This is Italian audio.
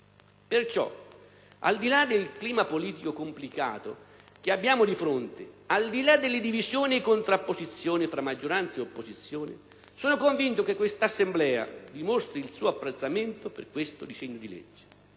Perciò, al di là del clima politico complicato che abbiamo di fronte, al di là delle divisioni e contrapposizioni fra maggioranza e opposizione, sono convinto che quest'Assemblea dimostri il suo apprezzamento per questo disegno di legge